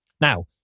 Now